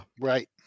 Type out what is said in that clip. right